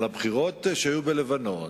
על הבחירות שהיו בלבנון,